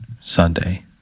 Sunday